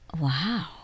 Wow